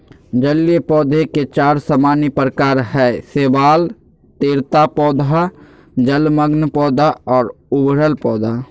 जलीय पौधे के चार सामान्य प्रकार हइ शैवाल, तैरता पौधा, जलमग्न पौधा और उभरल पौधा